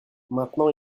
maintenant